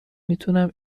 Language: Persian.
میتونم